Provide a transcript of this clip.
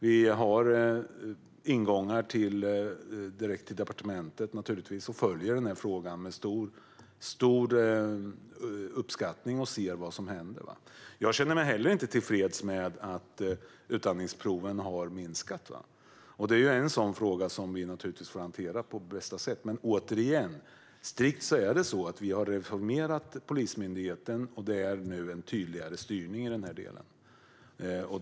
Vi har ingångar direkt till departementet och följer frågan med stor uppskattning och ser vad som händer. Jag känner mig inte heller tillfreds med att antalet utandningsprov har minskat. Det är en sådan fråga som vi får hantera på bästa sätt. Återigen är det strikt så att vi har reformerat Polismyndigheten, och det är nu en tydligare styrning i den delen.